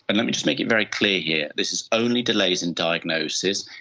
and let me just make it very clear here, this is only delays in diagnosis,